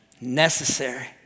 Necessary